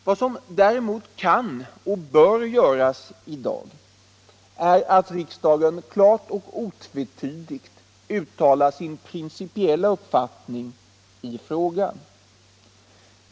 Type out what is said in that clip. Vad som däremot kan och bör göras i dag är att riksdagen klart och otvetydigt uttalar sin principiella uppfattning i frågan.